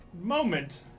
moment